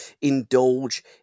indulge